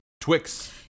Twix